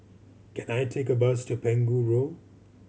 can I take a bus to Pegu Road